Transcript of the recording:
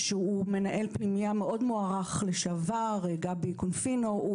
שהוא מנהל פנימייה מאוד מוערך לשעבר, גבי קונפינו.